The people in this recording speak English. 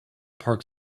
park